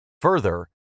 Further